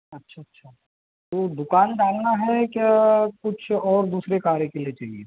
अच्छा अच्छा तो दुकान डालना है या कुछ और दूसरे कार्य के लिए चाहिए